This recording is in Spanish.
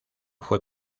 fue